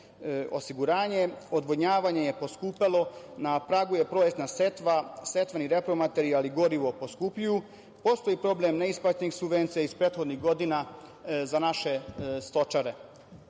osiguranje. Odvodnjavanje je poskupelo, na pragu je prolećna setva, setveni repromaterijali i gorivo poskupljuju. Postoji problem neisplaćenih subvencija iz prethodnih godina za naše stočare.